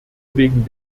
wegen